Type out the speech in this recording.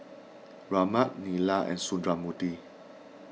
Ramnath Neila and Sundramoorthy